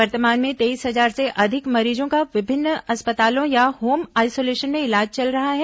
वर्तमान में तेईस हजार से अधिक मरीजों का विभिन्न अस्पतालों या होम आइसोलेशन में इलाज चल रहा है